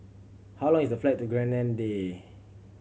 how long is the flight to Grenada